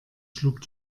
schlug